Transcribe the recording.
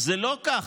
זה לא ככה,